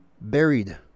buried